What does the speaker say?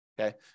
okay